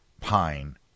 pine